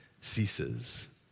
ceases